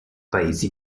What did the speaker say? paesi